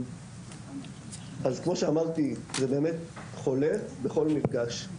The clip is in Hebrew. אז כמו שאמרתי, זה באמת חולה בכל מפגש.